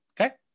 Okay